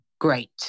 great